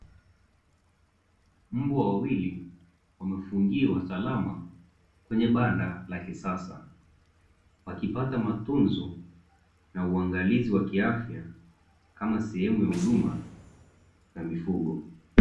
Mbwa wawili wamefungiwa salama kwenye banda la kisasa, wakipata matunzo na uangalizi wa kiafya kama sehemu ya huduma ya mifugo.